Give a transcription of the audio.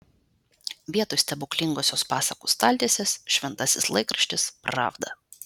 vietoj stebuklingosios pasakų staltiesės šventasis laikraštis pravda